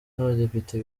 n’abadepite